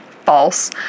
False